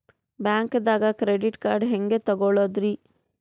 ಬ್ಯಾಂಕ್ದಾಗ credit card ಹೆಂಗ್ ತಗೊಳದ್ರಿ?